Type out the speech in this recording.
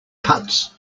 cuts